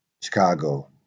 Chicago